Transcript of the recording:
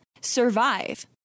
survive